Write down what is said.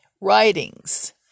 writings